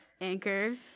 Anchor